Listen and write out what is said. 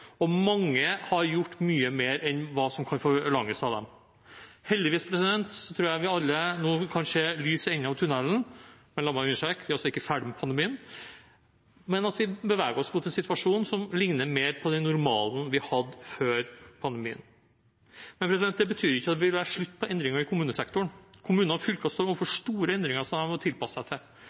og mange har gjort mye mer enn hva som kan forlanges av dem. Heldigvis tror jeg vi alle nå kan se lys i enden av tunnelen. La meg understreke: Vi er altså ikke ferdig med pandemien, men vi beveger oss mot en situasjon som ligner mer på normalen vi hadde før pandemien. Det betyr ikke at det vil være slutt på endringer i kommunesektoren. Kommuner og fylker står overfor store endringer som de må tilpasse seg.